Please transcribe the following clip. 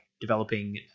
developing